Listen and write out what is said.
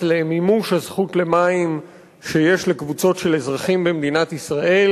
למימוש הזכות למים שיש לקבוצות של אזרחים במדינת ישראל,